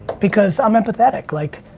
because, i'm empathetic, like